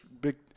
big